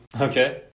Okay